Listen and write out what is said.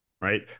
right